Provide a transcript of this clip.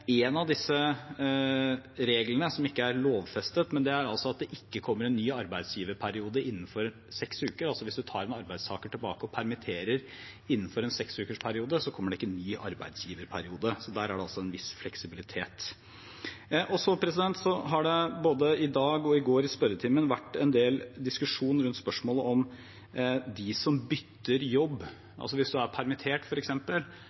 En av reglene som ikke er lovfestet, er at det ikke kommer en ny arbeidsgiverperiode innenfor seks uker. Hvis man tar en arbeidstaker tilbake og permitterer innenfor en seksukersperiode, kommer det ikke en ny arbeidsgiverperiode. Der er det altså en viss fleksibilitet. Så har det både i dag og i går i spørretimen vært en del diskusjon rundt spørsmålet om dem som bytter